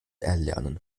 erlernen